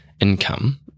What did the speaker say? income